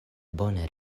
bone